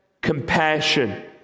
compassion